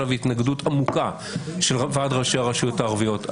לו התנגדות עמוקה בוועד ראשי הרשויות הערביות.